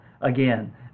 again